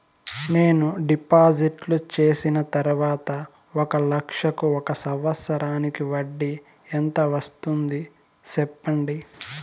నేను డిపాజిట్లు చేసిన తర్వాత ఒక లక్ష కు ఒక సంవత్సరానికి వడ్డీ ఎంత వస్తుంది? సెప్పండి?